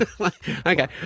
Okay